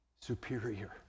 superior